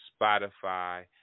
Spotify